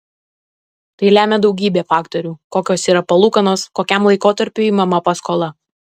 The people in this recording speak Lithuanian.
tai lemia daugybė faktorių kokios yra palūkanos kokiam laikotarpiui imama paskola